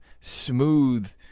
smooth